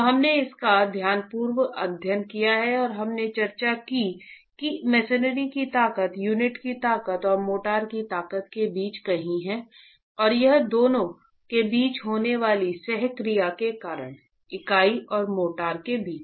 तो हमने इसका ध्यानपूर्वक अध्ययन किया और हमने चर्चा की कि मेसेनरी की ताकत यूनिट की ताकत और मोर्टार की ताकत के बीच कहीं है और यह दोनों के बीच होने वाली सह क्रिया के कारण हैं इकाई और मोर्टार के बीच